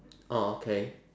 orh okay